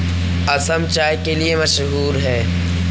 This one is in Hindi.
असम चाय के लिए मशहूर है